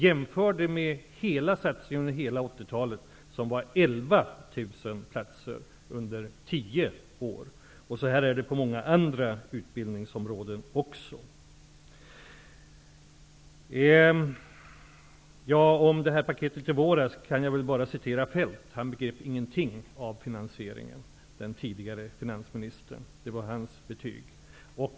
Jämför det med hela satsningen under 80-talet, som innebar 11 000 platser under tio år. Så här är det på många andra utbildningsområden också. Vad gäller paketet, som Socialdemokraterna lade fram förslag om i våras, kan jag bara hänvisa till Feldt. Den förre finansministern begrep ingenting av finansieringen. Det var hans betyg.